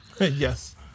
Yes